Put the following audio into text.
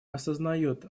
осознает